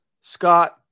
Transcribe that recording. Scott